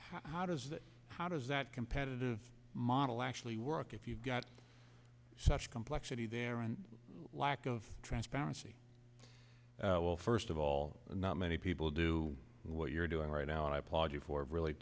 how does that how does that competitive model i we work if you've got such complexity there and lack of transparency well first of all not many people do what you're doing right now and i applaud you for really